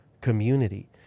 community